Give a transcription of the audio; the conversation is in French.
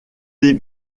les